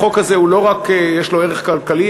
החוק הזה יש לו לא רק ערך כלכלי,